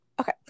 Okay